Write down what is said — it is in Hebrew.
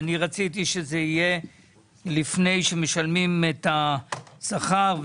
רציתי שזה יהיה לפני שמשלמים את השכר.